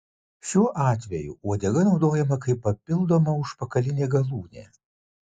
šiuo atveju uodega naudojama kaip papildoma užpakalinė galūnė